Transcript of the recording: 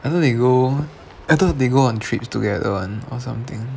I thought they go they go on trips together [one] or something